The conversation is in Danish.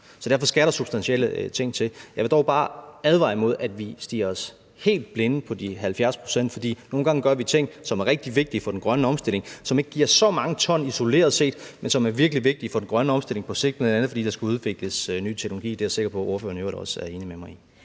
derfor skal der substantielle ting til. Jeg vil dog bare advare imod, at vi stirrer os helt blinde på de 70 pct., for nogle gange gør vi ting, som er rigtig vigtige for den grønne omstilling, men som ikke isoleret set giver så mange ton, men som er virkelig vigtige for den grønne omstilling på sigt, bl.a. fordi der skal udvikles ny teknologi. Det er jeg i øvrigt sikker på ordføreren også er enig med mig i.